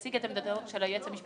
לקבל את הערתו של חבר הכנסת ביטן.